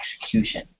execution